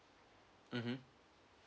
mmhmm